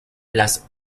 las